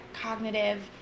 cognitive